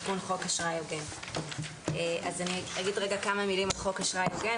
אני אומר כמה מילים על חוק אשראי הוגן.